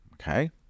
Okay